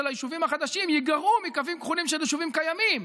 היישובים החדשים ייגרעו מקווים כחולים של יישובים קיימים,